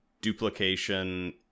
duplication